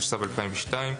התשס"ב-2002,